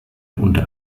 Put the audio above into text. unter